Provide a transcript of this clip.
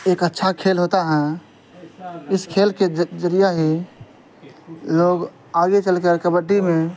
ایک اچھا کھیل ہوتا ہیں اس کھیل کے ذریعہ ہی لوگ آگے چل کر کبڈی میں